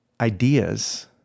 ideas